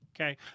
Okay